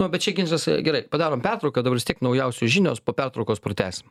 nu bet čia ginčas gerai padarom pertrauką dabar vistiek naujausios žinios po pertraukos pratęsim